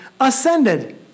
ascended